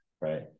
right